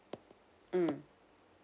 mm